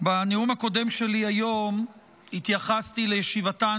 בנאום הקודם שלי היום התייחסתי לישיבתן